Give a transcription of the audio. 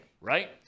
right